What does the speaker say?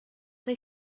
they